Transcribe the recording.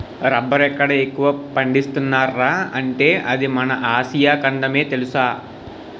రబ్బరెక్కడ ఎక్కువ పండిస్తున్నార్రా అంటే అది మన ఆసియా ఖండమే తెలుసా?